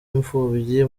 imfubyi